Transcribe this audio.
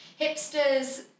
Hipsters